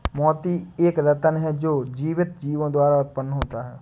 मोती एक रत्न है जो जीवित जीवों द्वारा उत्पन्न होता है